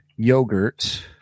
Yogurt